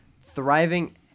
thriving